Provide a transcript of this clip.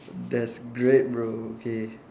that's great bro okay